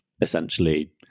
essentially